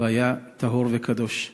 והיה טהור וקדוש.